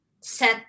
set